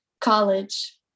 college